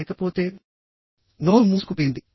లేకపోతే నోరు మూసుకుపోయింది